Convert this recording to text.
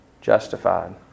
justified